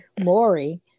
Maury